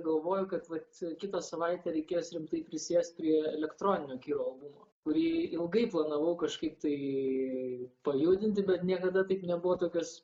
galvoju kad vat kitą savaitę reikės rimtai prisėst prie elektroninio kiro albumo kurį ilgai planavau kažkaip tai pajudinti bet niekada taip nebuvo tokios